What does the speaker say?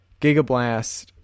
Gigablast